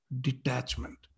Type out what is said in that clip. detachment